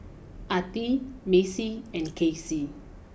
Attie Macy and Kasey